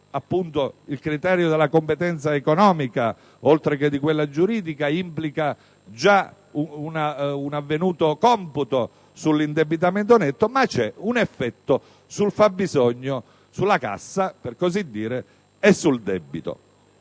il criterio della competenza economica, oltre che di quella giuridica, implica già un avvenuto computo sull'indebitamento netto), ma c'è un effetto sul fabbisogno, sulla cassa e sul debito.